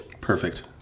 Perfect